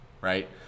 Right